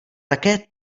také